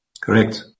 Correct